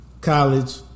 college